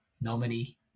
nominee